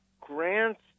Grant's